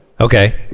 Okay